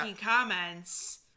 comments